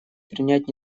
принять